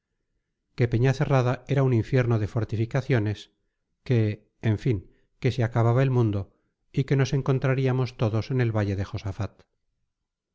que peñacerrada era un infierno de fortificaciones que en fin que se acababa el mundo y que nos encontraríamos todos en el valle de josafat